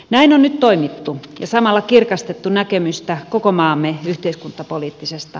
näin on toimittu ja samalla kirkastettu näkemystä koko maamme yhteiskuntapoliittisesta